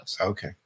Okay